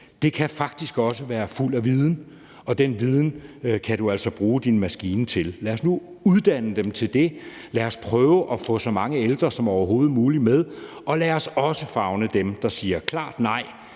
Det kan faktisk også være fuld af viden, og den viden kan man altså bruge sin maskine til at få. Lad os nu uddanne dem til det, og lad os prøve at få så mange ældre som overhovedet muligt med, og lad os også favne dem, der siger klart nej.